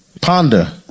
ponder